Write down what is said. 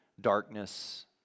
darkness